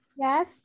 Yes